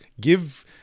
give